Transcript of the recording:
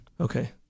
Okay